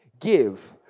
give